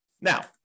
Now